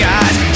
eyes